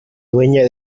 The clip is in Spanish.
dueña